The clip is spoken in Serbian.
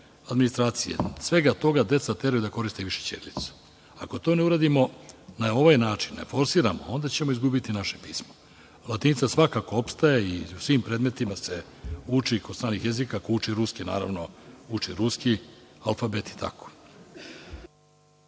administracije, svega toga, deca teraju da koriste više ćirilicu. Ako to ne uradimo na ovaj način, ne forsiramo, onda ćemo izgubiti naše pismo. Latinica svakako opstaje i na svim predmetima se uči, kod stranih jezika. Ko uči ruski, naravno, uči ruski alfabet i tako.